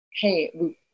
hey